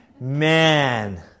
Man